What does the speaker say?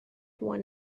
one